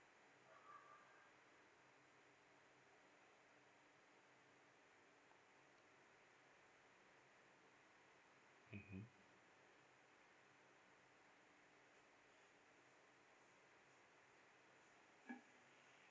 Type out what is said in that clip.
mmhmm